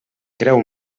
creu